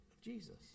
Jesus